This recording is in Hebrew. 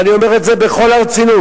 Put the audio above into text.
ואני אומר את זה בכל הרצינות.